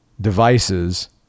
devices